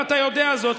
ואתה יודע זאת,